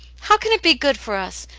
how can it be good for us?